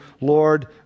Lord